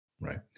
Right